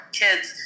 kids